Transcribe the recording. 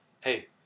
Hey